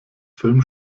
film